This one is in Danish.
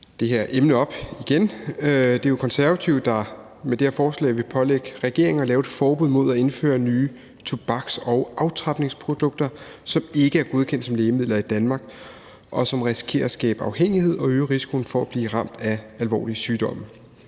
det her emne op. Det er jo Konservative, der med det her forslag vil pålægge regeringen at lave et forbud mod at indføre ny tobaks- og aftrapningsprodukter, som ikke er godkendt som lægemidler i Danmark, og som risikerer at skabe afhængighed og øge risikoen for at blive ramt af alvorlige sygdomme.